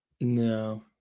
No